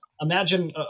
imagine